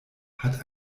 hat